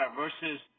versus